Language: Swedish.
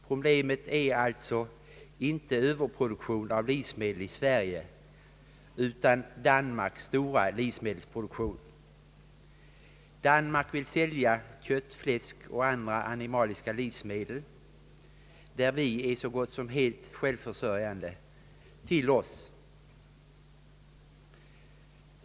Problemet är alltså inte överproduktion av livsmedel i Sverige utan Danmarks stora livsmedelsproduktion. Danmark vill sälja kött, fläsk och andra animaliska livsmedel, men vad det gäller dessa livsmedel är vi så gott som helt självförsörjande.